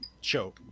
show